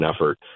effort